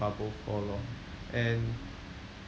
bubble for long and